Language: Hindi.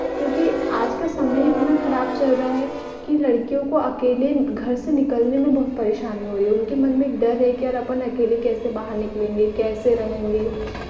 क्योंकि आज का समय इतना खराब चल रहा है कि लड़कियों को अकेले घर से निकलने में बहुत परेशानी हो रही है उनके मन में एक डर है कि यार अपन अकेले कैसे बाहर निकलेंगे कैसे रहेंगे